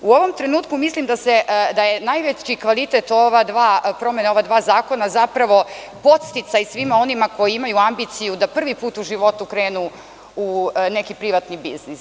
U ovom trenutku mislim da je najveći kvalitet promene ova dva zakona zapravo podsticaj svima onima koji imaju ambiciju da prvi put u životu krenu u neki privatni biznis.